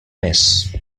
mes